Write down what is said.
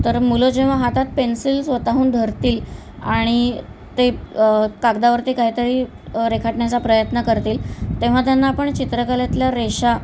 तर मुलं जेव्हा हातात पेन्सिल स्वतःहून धरतील आणि ते कागदावरती काहीतरी रेखाटण्याचा प्रयत्न करतील तेव्हा त्यांना आपण चित्रकलेतल्या रेषा